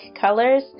colors